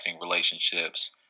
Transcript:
relationships